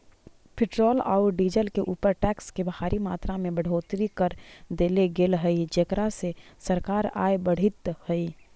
petrol औउर diesel के ऊपर टैक्स के भारी मात्रा में बढ़ोतरी कर देले गेल हई जेकरा से सरकार के आय बढ़ीतऽ हई